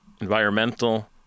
environmental